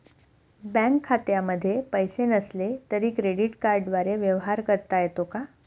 Bank खात्यामध्ये पैसे नसले तरी क्रेडिट कार्डद्वारे व्यवहार करता येतो का?